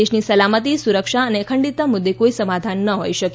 દેશની સલામતિ સુરક્ષા અને અખંડીતતા મુદ્દે કોઇ સમાધાન ન હોઇ શકે